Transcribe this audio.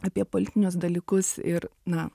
apie politinius dalykus ir na